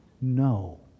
No